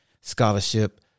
scholarship